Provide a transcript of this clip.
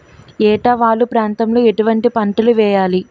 ఏటా వాలు ప్రాంతం లో ఎటువంటి పంటలు వేయాలి?